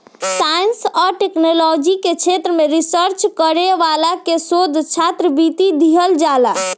science आ technology के क्षेत्र में रिसर्च करे वाला के शोध छात्रवृत्ति दीहल जाला